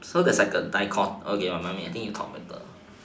so there's like a dicho~ okay mummy I think you talk better